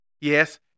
Yes